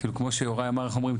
כאילו כמו שיוראי אמר, איך אומרים?